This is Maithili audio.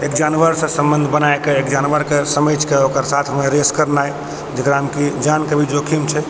एक जानवर सऽ सम्बन्ध बनाए कऽ समझि कऽ ओकर साथ मे रेस करनाइ जेकरा मे कि जान के भी जोखिम छै